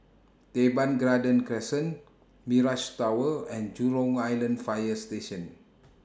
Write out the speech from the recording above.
Teban Garden Crescent Mirage Tower and Jurong Island Fire Station